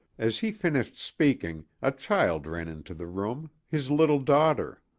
as he finished speaking, a child ran into the room his little daughter.